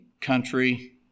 country